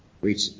reach